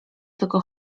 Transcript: tylko